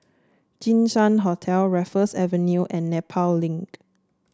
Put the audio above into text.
Jinshan Hotel Raffles Avenue and Nepal Link